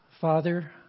Father